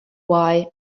why